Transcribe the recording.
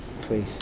please